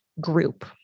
group